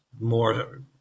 more